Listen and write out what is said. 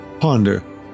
ponder